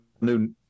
new